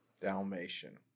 Dalmatian